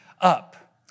up